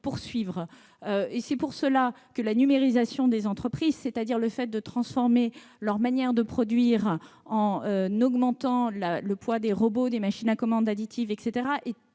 compétitivité. C'est pour cela que la numérisation des entreprises, c'est-à-dire le fait de transformer leur manière de produire, en augmentant le poids des robots ou des machines à commande additive, est